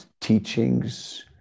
teachings